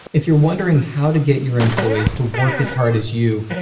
if you're wondering how to get your employees to work as hard as you,